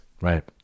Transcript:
right